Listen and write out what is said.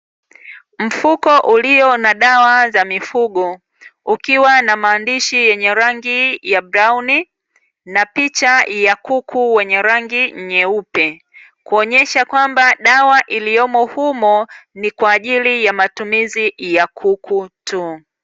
Mfuko ulio na dawa za mifugo ukiwa na maandishi yenye rangi ya brauni na picha ya kuku wenye rangi nyeupe, kuonyesha kwamba dawa iliyopo humo nikwaajili ya matumizi ya kuku tu.